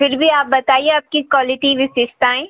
फिर भी आप बताइए आपकी क्वालिटी विशेषताएँ